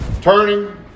turning